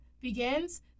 begins